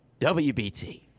wbt